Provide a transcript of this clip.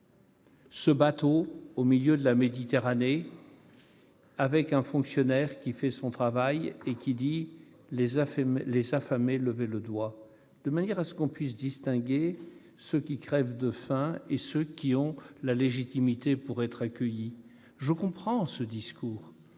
un bateau au milieu de la Méditerranée et, sur ce bateau, un fonctionnaire qui fait son travail : les affamés, leur dit-il, levez le doigt ! De manière qu'on puisse distinguer ceux qui crèvent de faim et ceux qui ont la légitimité pour être accueillis ... Je comprends ce discours,